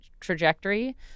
trajectory